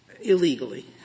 illegally